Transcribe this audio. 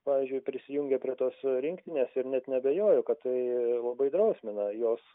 pavyzdžiui prisijungė prie tos rinktinės ir net neabejoju kad tai labai drausmina jos